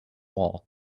wall